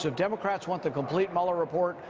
democrats want the complete mueller report.